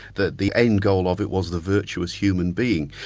that the aim goal of it was the virtuous human being.